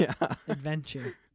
adventure